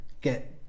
get